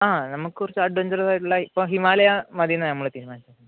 ആ നമുക്ക് കുറച്ച് അഡ്വഞ്ചറസായിട്ടുള്ള ഇപ്പം ഹിമാലയ മതി എന്നാൽ നമ്മള് തീരുമാനിച്ചേക്കുന്നത്